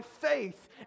faith